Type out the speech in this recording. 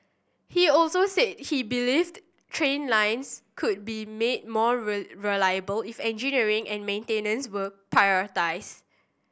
he also said he believed train lines could be made more reliable if engineering and maintenance were prioritised